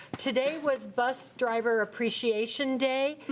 today was bus driver appreciation day,